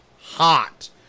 hot